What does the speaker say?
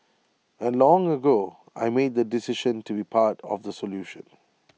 and long ago I made the decision to be part of the solution